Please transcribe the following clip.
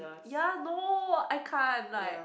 ya no I can't like